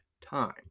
time